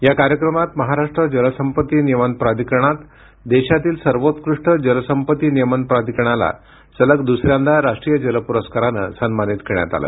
या कार्यक्रमात महाराष्ट्र जलसंपत्ती नियमन प्राधिकरणात देशातील सर्वोत्कृष्ट जलसंपत्ती नियमन प्राधिकरणाला सलग दुसऱ्यांदा राष्ट्रीय जल पुरस्काराने सन्मानित करण्यात आले आहे